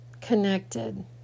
connected